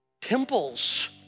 temples